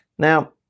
Now